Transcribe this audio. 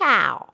Cow